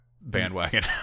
bandwagon